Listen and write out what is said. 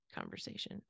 conversation